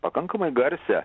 pakankamai garsią